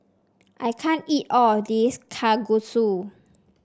I can't eat all of this Kalguksu